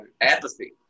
Apathy